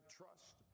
trust